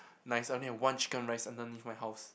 nice I only have one chicken rice underneath my house